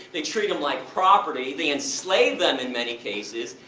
they treat them like property, they enslave them in many cases,